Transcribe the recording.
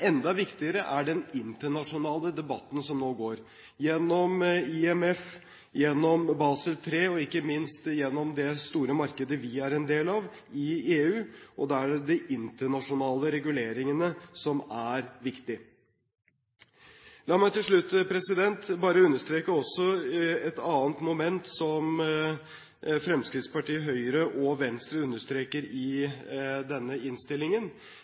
enda viktigere er den internasjonale debatten som nå går gjennom IMF, gjennom Basel III og ikke minst gjennom det store markedet vi er en del av i EU, og det er de internasjonale reguleringene som er viktig. La meg til slutt understreke også et annet moment som Fremskrittspartiet, Høyre og Venstre understreker i denne innstillingen,